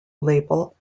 label